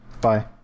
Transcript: bye